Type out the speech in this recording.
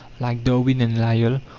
like darwin and lyell,